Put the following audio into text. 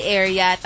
area